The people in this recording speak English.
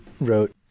wrote